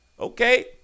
Okay